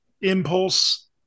impulse